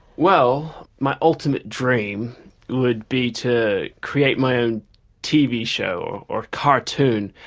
well my ultimate dream would be to create my own tv show or cartoon.